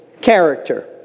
character